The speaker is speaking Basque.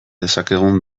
dezakegun